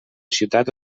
ciutat